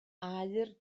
aur